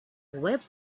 web